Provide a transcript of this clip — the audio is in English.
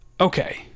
okay